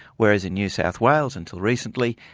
whereas in new south wales until recently,